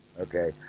Okay